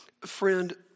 Friend